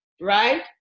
right